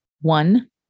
One